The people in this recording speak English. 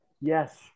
Yes